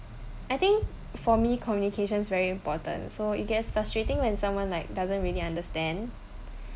I think for me communications very important so it gets frustrating when someone like doesn't really understand